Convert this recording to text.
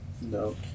No